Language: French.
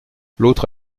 l’autre